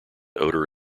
odor